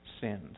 sinned